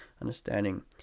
understanding